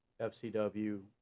FCW